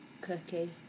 cookie